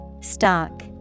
Stock